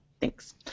Thanks